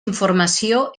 informació